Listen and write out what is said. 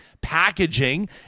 packaging